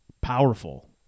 powerful